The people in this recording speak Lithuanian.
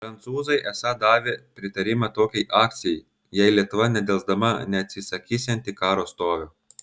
prancūzai esą davė pritarimą tokiai akcijai jei lietuva nedelsdama neatsisakysianti karo stovio